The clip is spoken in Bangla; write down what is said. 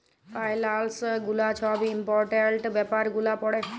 ফাইলালস গুলা ছব ইম্পর্টেলট ব্যাপার গুলা পড়ে